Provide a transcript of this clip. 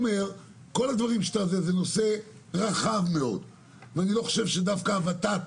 זה נושא רחב מאוד ואני לא חושב שדווקא הוות"ת,